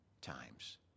times